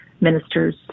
ministers